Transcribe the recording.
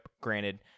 granted